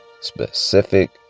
specific